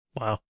wow